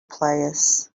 players